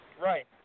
right